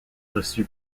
reçu